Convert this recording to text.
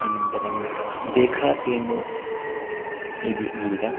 अनन्तरं देखा तेनु इति गीतम्